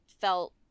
felt